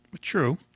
true